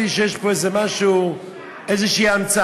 בפרט באווירה הזו שיש פה איזו פגיעה,